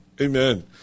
Amen